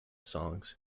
songs